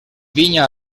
vinya